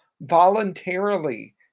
voluntarily